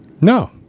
No